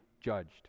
judged